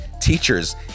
Teachers